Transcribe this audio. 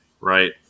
right